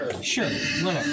Sure